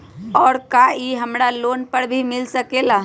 और का इ हमरा लोन पर भी मिल सकेला?